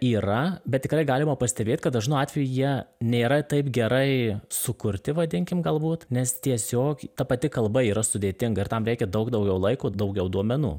yra bet tikrai galima pastebėt kad dažnu atveju jie nėra taip gerai sukurti vadinkim galbūt nes tiesiog ta pati kalba yra sudėtinga ir tam reikia daug daugiau laiko daugiau duomenų